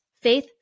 faith